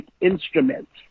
instruments